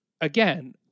again